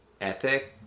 ethic